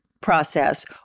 process